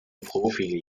profi